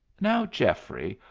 now, geoffrey,